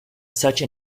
such